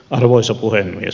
arvoisa puhemies